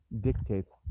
dictates